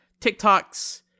TikToks